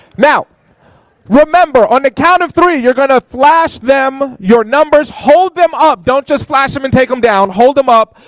now remember, on the count of three, you're gonna flash them your numbers. hold them up. don't just flash them and take them down, down, hold them up.